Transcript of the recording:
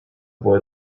boy